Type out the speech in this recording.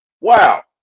Wow